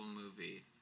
movie